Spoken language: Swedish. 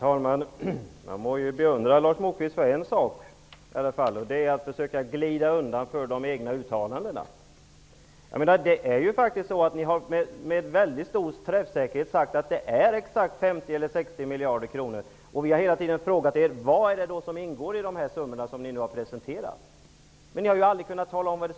Herr talman! Jag beundrar Lars Moquist för en sak, och det är hans förmåga att glida undan från de egna uttalandena. Det är faktiskt så att ni med mycket stor träffsäkerhet har angivit att kostnaden uppgår till exakt 50 eller 60 miljarder kronor. Vi har hela tiden frågat er vad som ingår i de summor som ni nu har presenterat, men ni har aldrig kunnat tala om det.